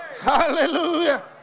Hallelujah